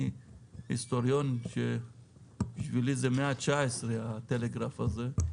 אני כהיסטוריון, בשבילי זה המאה ה-19 הטלגרף הזה.